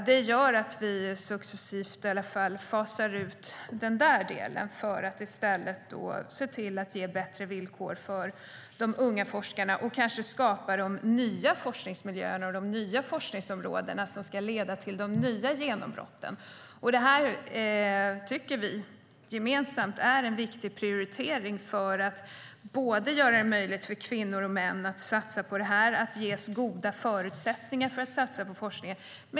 Det gör att vi successivt fasar ut den delen för att i stället ge bättre villkor för de unga forskarna, skapa de nya forskningsmiljöerna och de nya forskningsområdena som ska leda till de nya genombrotten. Det här är en viktig prioritering för att göra det möjligt för både kvinnor och män att satsa på forskning. De ska ges goda förutsättningar att satsa på forskning.